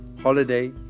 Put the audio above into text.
holiday